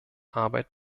arbeit